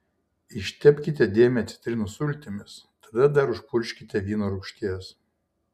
ištepkite dėmę citrinų sultimis tada dar užpurkškite vyno rūgšties